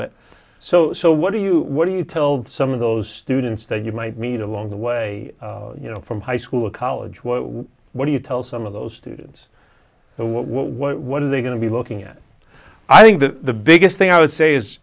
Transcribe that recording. bit so so what do you what do you tell some of those students that you might meet along the way you know from high school or college what what do you tell some of those students what are they going to be looking at i think the biggest thing i would say is